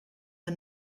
the